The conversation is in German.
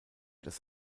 das